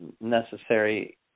necessary